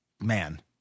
man